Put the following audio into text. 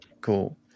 Cool